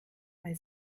bei